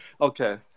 Okay